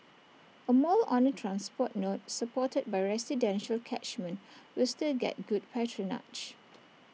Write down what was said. A mall on A transport node supported by residential catchment will still get good patronage